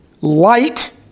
light